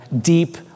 deep